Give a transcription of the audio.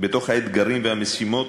בתוך האתגרים והמשימות,